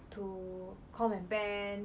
to com and ben